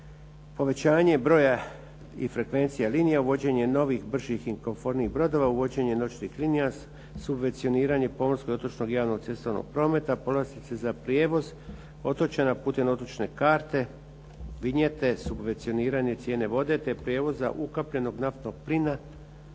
povećanje broja i frekvencija linija, uvođenje novih, bržih i komfornijih brodova, uvođenje noćnih linija, subvencioniranje pomorskog, otočnog i javnog cestovnog prometa, povlastice za prijevoz otočana putem otočne karte, vinjete, subvencioniranje cijene vode te prijevoza ukapljenog naftnog plina,